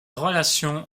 relations